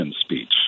speech